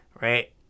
Right